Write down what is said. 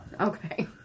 Okay